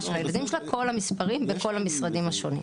של הילדים שלה עם כל המספרים לכל המשרדים השונים.